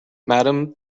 madam